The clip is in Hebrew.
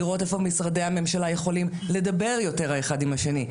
לראות איפה משרדי הממשלה יכולים לדבר יותר האחד עם השני,